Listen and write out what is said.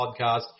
podcast